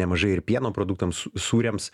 nemažai ir pieno produktams sūriams